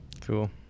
Cool